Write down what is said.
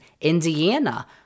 Indiana